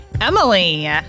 Emily